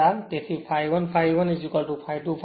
તેથી ∅1 ∅ 1 ∅2 ∅ 2